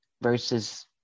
versus